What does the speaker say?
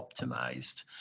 optimized